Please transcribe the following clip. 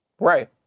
Right